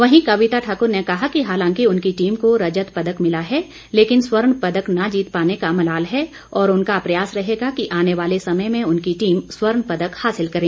वहीं कविता ठाकुर ने कहा कि हालांकि उनकी टीम को रजत पदक मिला है लेकिन स्वर्ण पदक न जीत पाने का मलाल है और उनका प्रयास रहेगा कि आने वाले समय में उनकी टीम स्वर्ण पदक हासिल करें